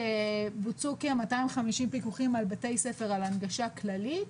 שבוצעו כ-250 פיקוחים על בתי ספר על הנגשה כללית,